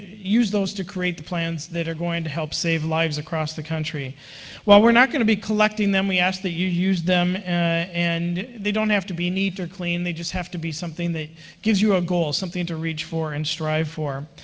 use those to create the plans that are going to help save lives across the country while we're not going to be collecting them, we ask that you use them, and they don't have to be neat or clean, they just have to be something that gives you a goal, something to reach for and strive for.